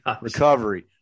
recovery